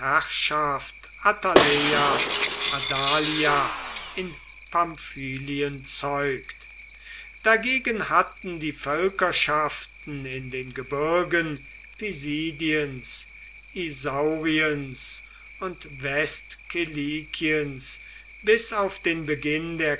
attaleia adalia in pamphylien zeugt dagegen hatten die völkerschaften in den gebirgen pisidiens isauriens und westkilikiens bis auf den beginn der